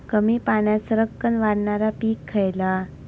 कमी पाण्यात सरक्कन वाढणारा पीक खयला?